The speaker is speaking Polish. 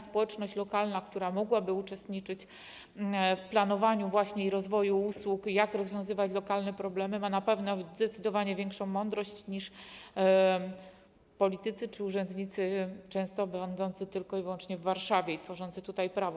Społeczność lokalna, która mogłaby uczestniczyć właśnie w planowaniu i rozwoju usług, podpowiadać, jak rozwiązywać lokalne problemy, ma na pewno zdecydowanie większą mądrość niż politycy czy urzędnicy często będący tylko i wyłącznie w Warszawie i tworzący tutaj prawo.